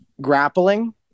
grappling